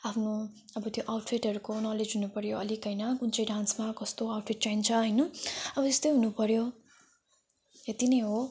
आफ्नो अब त्यो आउटफिटहरूको नलेज हुनु पऱ्यो अलिक होइन कुन चाहिँ डान्समा कस्तो आउट फिट चाहिन्छ होइन अब यस्तै हुनु पऱ्यो यति नै हो